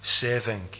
saving